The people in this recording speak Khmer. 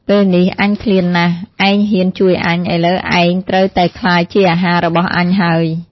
ពេលនេះ អញឃ្លានណាស់ ឯងហ៊ានជួយអញ ឥឡូវឯងត្រូវតែក្លាយជាអាហាររបស់អញហើយ។